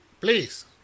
Please